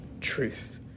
truth